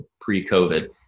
pre-COVID